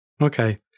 Okay